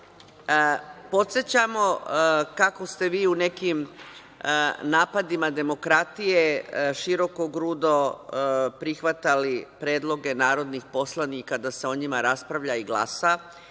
podsećamo kako ste vi u nekim napadima demokratije širokogrudo prihvatali predloge narodnih poslanika da se o njima raspravlja i glasa,